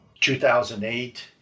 2008